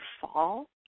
fall